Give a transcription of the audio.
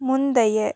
முந்தைய